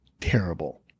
terrible